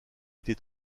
été